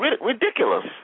ridiculous